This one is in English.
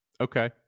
Okay